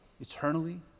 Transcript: eternally